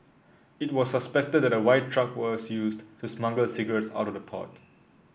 it was suspected that a white truck was used to smuggle the cigarettes out of the port